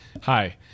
Hi